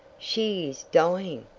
she is dying!